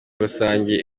rusange